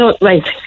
Right